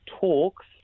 talks